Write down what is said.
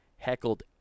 heckled